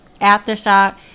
Aftershock